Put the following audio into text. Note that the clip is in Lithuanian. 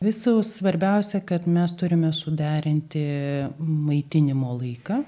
visų svarbiausia kad mes turime suderinti maitinimo laiką